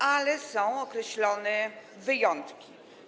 Ale są określone wyjątki.